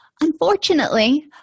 Unfortunately